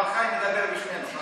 אבל חיים מדבר בשמנו.